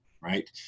right